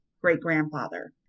great-grandfather